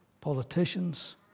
politicians